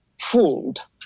fooled